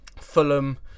Fulham